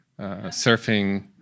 surfing